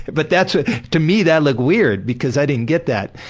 but that's, ah to me that looked weird because i didn't get that.